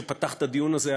שפתח את הדיון הזה,